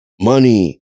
money